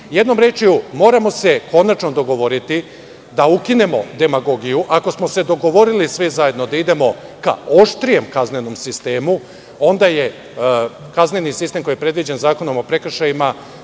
rečju, moramo se konačno dogovoriti da ukinemo demagogiju. Ako smo se dogovorili svi zajedno da idemo ka oštrijem kaznenom sistemu, onda je kazneni sistem koji je predviđen Zakonom o prekršajima